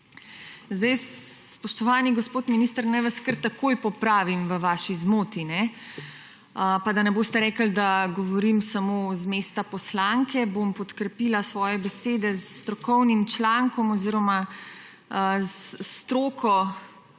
Spoštovani gospod minister, naj vas kar takoj popravim v vaši zmoti. Pa da ne boste rekli, da govorim samo z mesta poslanke, bom podkrepila svoje besede s strokovnim člankom oziroma s stroko